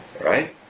right